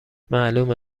معلومه